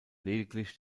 lediglich